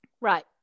right